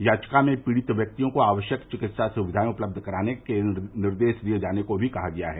याचिका में पीड़ित व्यक्तियों को आवश्यक चिकित्सा सुविधाएं उपलब्ध कराने का निर्देश दिये जाने को भी कहा गया है